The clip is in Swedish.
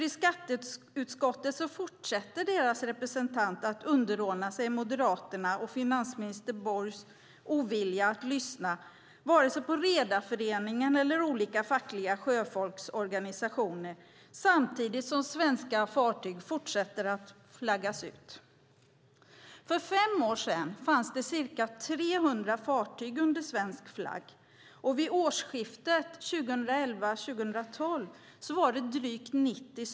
I skatteutskottet fortsätter nämligen deras representant att underordna sig Moderaterna och finansminister Borgs ovilja att lyssna vare sig på redarföreningen eller på olika fackliga sjöfolksorganisationer, samtidigt som svenska fartyg fortsätter att flaggas ut. För fem år sedan fanns det ca 300 fartyg under svensk flagg, och vid årsskiftet 2011/12 var det drygt 90.